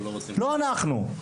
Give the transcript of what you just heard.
לא אנחנו.